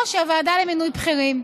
או שהוועדה למינוי בכירים.